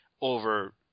over